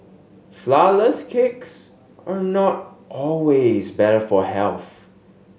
flourless cakes are not always better for health